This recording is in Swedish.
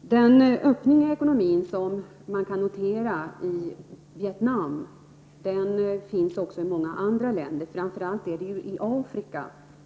Den öppning i ekonomin som kan noteras i Vietnam liksom i många andra länder, framför allt i Afrika,